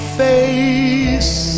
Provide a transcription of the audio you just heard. face